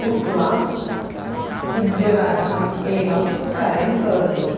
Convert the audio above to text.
उक्त्वा उद्योगार्थम् एवं कार्यं करोति